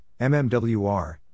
MMWR